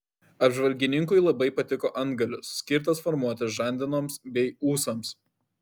apžvalgininkui labai patiko antgalis skirtas formuoti žandenoms bei ūsams